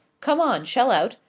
come on, shell out!